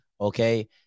okay